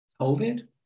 COVID